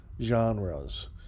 genres